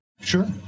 sure